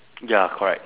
ya correct